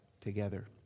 together